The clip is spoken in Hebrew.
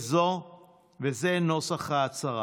וזה נוסח ההצהרה: